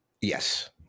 Yes